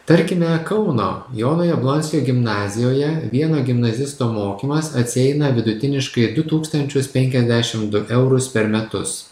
tarkime kauno jono jablonskio gimnazijoje vieno gimnazisto mokymas atsieina vidutiniškai du tūkstančius penkiasdešim du eurus per metus